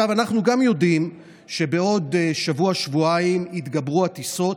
אנחנו גם יודעים שבעוד שבוע-שבועיים יתגברו הטיסות,